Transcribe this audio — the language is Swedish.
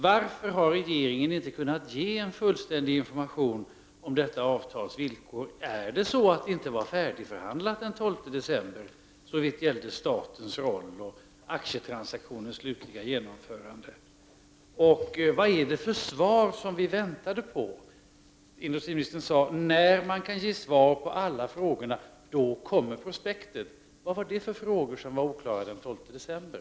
Varför har inte regeringen kunnat ge en fullständig information om detta avtals villkor? Är det så att det inte var färdigförhandlat den 12 december såvitt gällde statens roll och aktietransaktionens slutliga genomförande? Vad är det för svar vi väntade på? Industriministern sade att när man kunde ge svar på alla frågor skulle prospektet komma. Vad var det för frågor som var oklara den 12 december?